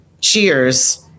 Cheers